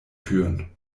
führen